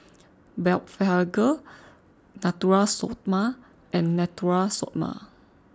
Blephagel Natura Stoma and Natura Stoma